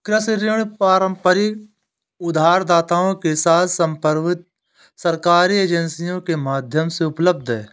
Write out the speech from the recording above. कृषि ऋण पारंपरिक उधारदाताओं के साथ समर्पित सरकारी एजेंसियों के माध्यम से उपलब्ध हैं